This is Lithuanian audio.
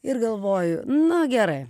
ir galvoju nu gerai